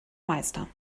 meister